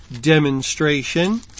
demonstration